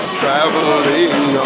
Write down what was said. traveling